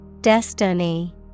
Destiny